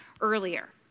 earlier